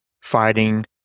fighting